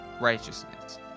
righteousness